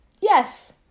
yes